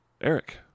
Eric